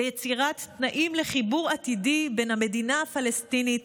ויצירת תנאים לחיבור עתידי בין המדינה הפלסטינית